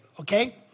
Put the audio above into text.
okay